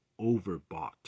overbought